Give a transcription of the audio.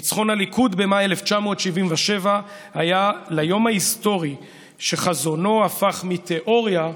ניצחון הליכוד במאי 1977 היה ליום ההיסטורי שחזונו הפך מתיאוריה למעשה.